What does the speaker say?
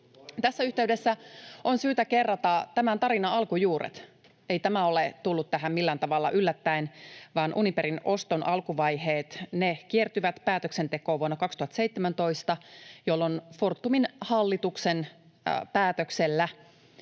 Tässä yhteydessä on syytä kerrata tämän tarinan alkujuuret. Ei tämä ole tullut tähän millään tavalla yllättäen, vaan Uniperin oston alkuvaiheet kiertyvät päätöksentekoon vuonna 2017, jolloin Fortumin hallituksen päätöksellä